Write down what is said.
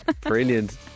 brilliant